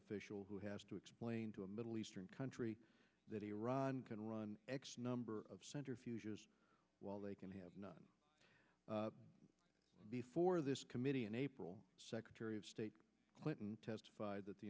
official who has to explain to a middle eastern country that iran can run x number of centrifuges while they can have not before this committee in april secretary of state clinton testified that the